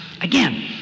again